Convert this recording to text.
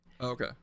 Okay